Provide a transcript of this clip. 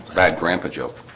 bad grandpa joke